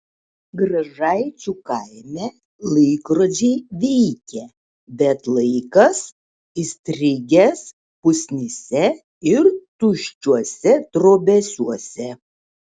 gražaičių kaime laikrodžiai veikia bet laikas įstrigęs pusnyse ir tuščiuose trobesiuose